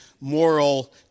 moral